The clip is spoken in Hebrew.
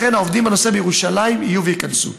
לכן, העובדים בנושא בירושלים יהיו וייכנסו.